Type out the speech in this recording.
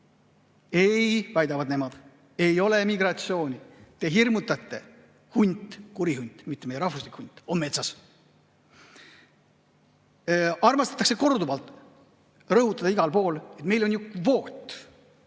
Ei, väidavad nemad, ei ole migratsiooni, te hirmutate, hunt, kuri hunt, mitte meie rahvuslik hunt, on metsas. Armastatakse korduvalt igal pool rõhutada, et meil on ju kvoot.